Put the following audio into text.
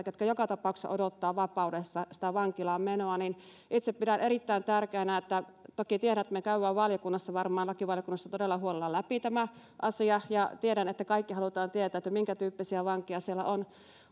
ketkä joka tapauksessa odottavat vapaudessa sitä vankilaan menoa niin itse pidän erittäin tärkeänä tiedottamista toki tiedän että me käymme lakivaliokunnassa varmaan todella huolella läpi tämän asian ja tiedän että kaikki haluamme tietää minkä tyyppisiä vankeja ihmisiä siellä on